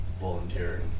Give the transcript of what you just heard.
volunteering